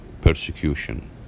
persecution